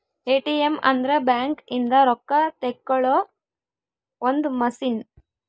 ATM ಅಂದ್ರ bank ಇಂದ ರೊಕ್ಕ ತೆಕ್ಕೊಳೊ ಒಂದ್ ಮಸಿನ್